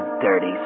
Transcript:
dirty